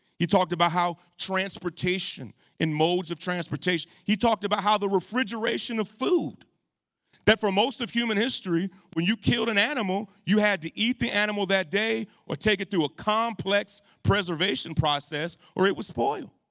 he talked about how transportation and modes of transportation, he talked about how the refrigeration of food that for most of human history when you killed an animal, you had to eat the animal that day or take it through a complex preservation process or it would spoil.